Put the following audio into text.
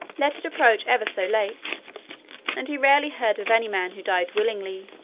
let it approach ever so late and he rarely heard of any man who died willingly,